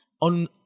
on